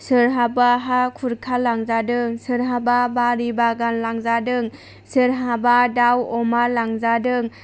सोरहाबा हा खुरखा लांजादों सोरहाबा बारि बागान लांजादों सोरहाबा दाउ अमा लांजादों